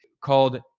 called